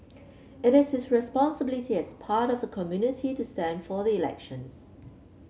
it is his responsibility as part of the community to stand for the elections